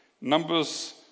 Numbers